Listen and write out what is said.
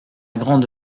grande